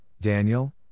Daniel